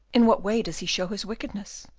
in what way does he show his wickedness?